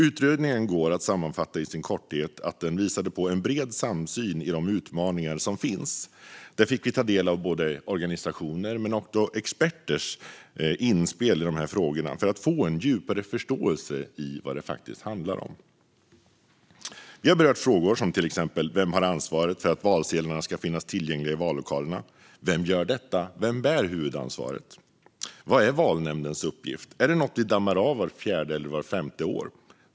Utredningen kan i korthet sammanfattas med att den visade på en bred samsyn i de utmaningar som finns. Vi fick ta del av både organisationers och experters inspel i frågorna för att få en djupare förståelse av vad det faktiskt handlar om. Vi har berört frågor som vem som har ansvaret för att valsedlarna finns tillgängliga i vallokalerna. Vem gör detta? Vem bär huvudansvaret? Vad är Valnämndens uppgift? Är det något vi dammar av vart fjärde eller vart femte år?